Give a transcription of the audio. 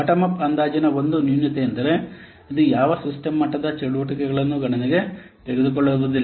bottom up ಅಂದಾಜಿನ ಒಂದು ನ್ಯೂನತೆಯೆಂದರೆ ಇದು ಯಾವ ಸಿಸ್ಟಮ್ ಮಟ್ಟದ ಚಟುವಟಿಕೆಗಳನ್ನು ಗಣನೆಗೆ ತೆಗೆದುಕೊಳ್ಳುವುದಿಲ್ಲ